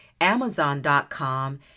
Amazon.com